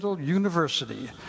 University